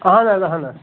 اہن حظ اہن حظ